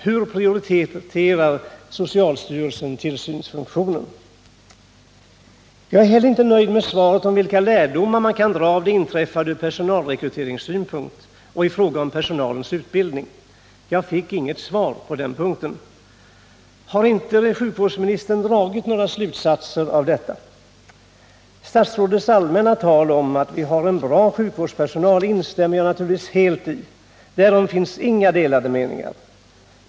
Hur prioriterar socialstyrelsen tillsynsfunktionen? Jag är inte heller nöjd med svaret i fråga om vilka lärdomar man kan dra av det inträffade från personalrekryteringssynpunkt och i fråga om personalens utbildning. Jag fick inget svar på den punkten. Har sjukvårdsministern inte dragit några slutsatser? Statsrådets allmänna tal om att vi har en bra sjukvårdspersonal instämmer jag naturligtvis helt i. Därom finns det inga delade meningar.